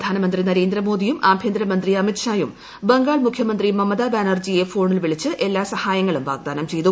പ്രധാനമന്ത്രി നരേന്ദ്രമോദിയും ആഭ്യന്തരമുന്ത് അമിത്ഷായും ബംഗാൾ മുഖ്യമന്ത്രി മമതാ ബാനർജിയെ ഫോണിൽ വീളിച്ച് എല്ലാ സഹായങ്ങളും വാഗ്ദാനം ചെയ്തു